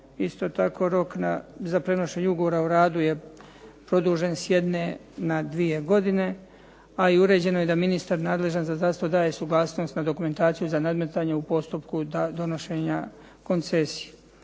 Isto tako rok za prenošenje Ugovora o radu je produžen s jedne na dvije godine a i uređeno je da ministar nadležan za zdravstvo daje suglasnost na dokumentaciju za nadmetanje u postupku donošenja koncesije.